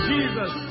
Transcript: Jesus